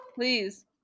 Please